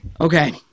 Okay